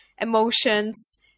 emotions